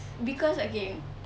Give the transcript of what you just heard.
because okay